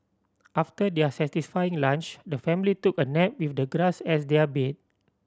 after their satisfying lunch the family took a nap with the grass as their bed